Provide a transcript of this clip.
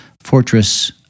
Fortress